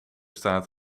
staat